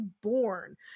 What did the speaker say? born